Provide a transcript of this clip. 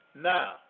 Now